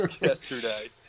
yesterday